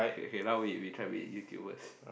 okay okay now we try to be YouTubers